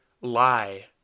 lie